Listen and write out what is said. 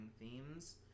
themes